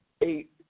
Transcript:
eight